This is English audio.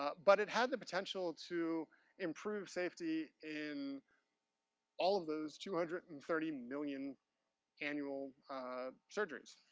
ah but it had the potential to improve safety in all of those two hundred and thirty million annual surgeries.